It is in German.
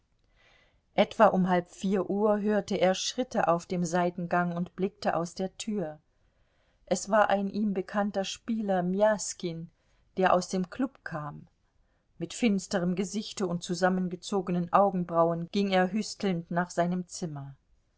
etwa um halb vier uhr hörte er schritte auf dem seitengang und blickte aus der tür es war ein ihm bekannter spieler mjaskin der aus dem klub kam mit finsterem gesichte und zusammengezogenen augenbrauen ging er hüstelnd nach seinem zimmer